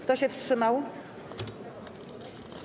Kto się wstrzymał?